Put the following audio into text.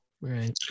right